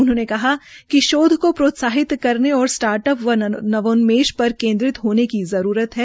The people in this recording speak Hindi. उन्होंने कहा कि शोध को प्रोत्साहित और स्टार्ट अप व नवोन्मेष पर केन्द्रीय होने की जरूरत है